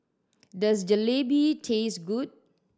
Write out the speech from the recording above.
does Jalebi taste good